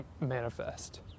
manifest